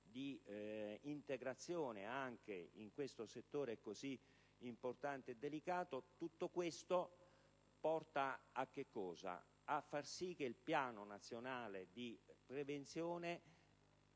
d'integrazione anche in questo settore così importante e delicato, portano a far sì che il piano nazionale di prevenzione